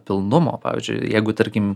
pilnumo pavyzdžiui jeigu tarkim